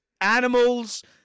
animals